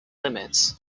limits